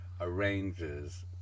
arranges